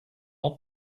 not